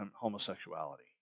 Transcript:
homosexuality